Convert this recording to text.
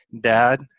dad